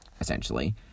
Essentially